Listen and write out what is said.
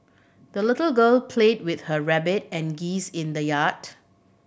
the little girl played with her rabbit and geese in the yard